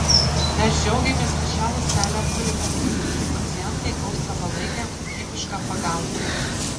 mes džiaugiamės kad šią ląstelę turime ir mūsų pacientai gaus savalaikę kokybišką pagalbą